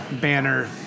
banner